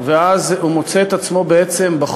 ואז הוא מוצא את עצמו בחוץ.